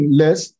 less